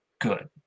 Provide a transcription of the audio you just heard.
good